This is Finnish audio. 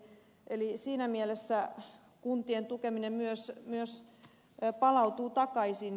eli siinä mielessä kuntien tukeminen myös palautuu takaisin